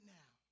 now